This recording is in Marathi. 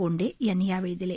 बोंडे यांनी यावेळी दिले